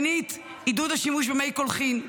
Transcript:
שנית, עידוד השימוש במי קולחין.